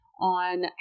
on